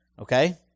Okay